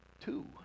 two